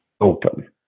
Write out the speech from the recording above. open